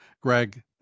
Greg